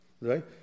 Right